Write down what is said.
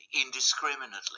indiscriminately